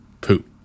Poop